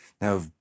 Now